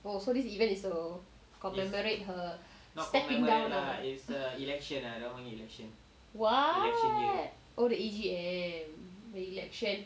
!wow! so this event is to commemorate her stepping down lah what oh the A_G_M the election